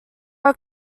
are